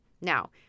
Now